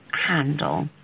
handle